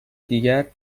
دیگر